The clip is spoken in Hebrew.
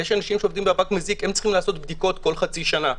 אנשים שעובדים בזה צריכים לעשות בדיקות כל חצי שנה.